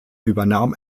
übernahm